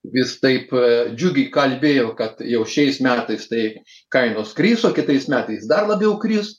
vis taip džiugiai kalbėjo kad jau šiais metais tai kainos kris o kitais metais dar labiau kris